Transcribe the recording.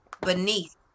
beneath